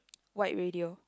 white radio